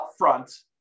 upfront